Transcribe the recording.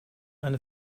eine